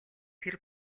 тэр